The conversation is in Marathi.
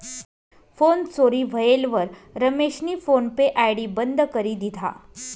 फोन चोरी व्हयेलवर रमेशनी फोन पे आय.डी बंद करी दिधा